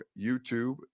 YouTube